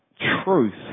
truth